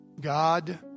God